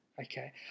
okay